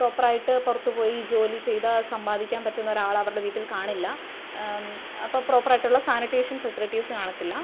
പ്രോപ്പറായിട്ട് പുറത്ത് പോയി ജോലി ചെയ്ത് സമ്പാദിക്കാൻ പറ്റുന്ന ഒരാൾ അവർടെ വീട്ടിൽ കാണില്ല അപ്പോൾ പ്രോപ്പറയിട്ടുള്ള സാനിറ്റേഷൻസ് ഫെസിലിറ്റീസ് കാണത്തില്ല